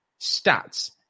stats